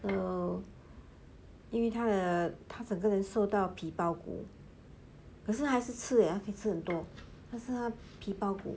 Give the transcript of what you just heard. so 因为他整个人瘦到皮包骨可是还是吃 eh 他可以吃很多他剩下皮包骨